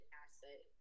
asset